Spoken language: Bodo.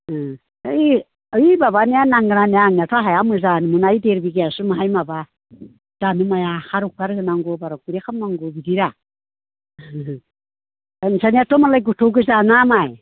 है ओय माबानिया नांग्रानिया आंनियाथ' हाया मोजां नुनाय देर बिगायासो बाहाय माबा गानो हाया हा रौखार होनांगौ बार' खनिया खालामनांगौ बिदिया नोंसोरनियाथ' मालाय गोथौ गोजा ना माइ